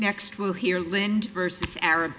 next we'll hear lind versus arab